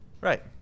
Right